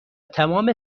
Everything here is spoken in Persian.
تمام